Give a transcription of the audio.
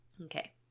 Okay